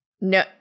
No